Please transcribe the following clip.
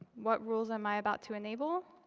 what rules am i about to enable?